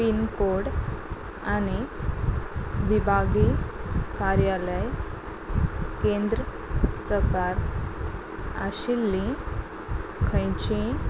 pin code आनी विभागी कार्यालय केंद्र प्रकार आशिल्ली खंयची